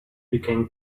began